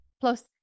Plus